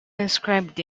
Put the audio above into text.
inscribed